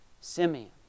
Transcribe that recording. Simeon